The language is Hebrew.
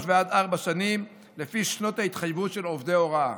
עד ארבע שנים לפי שנות ההתחייבות של עובדי ההוראה.